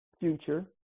future